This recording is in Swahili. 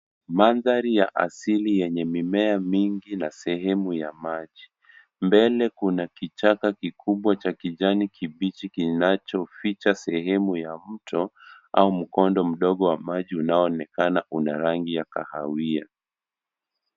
Mandhari ya asili yenye mimea mingi na sehemu ya maji. Mbele kuna kichaka kikubwa cha kijani kibichi kinachoficha sehemu ya mto au mkondo mdogo wa maji unaoonekana una rangi ya kahawia.